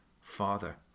father